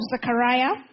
Zechariah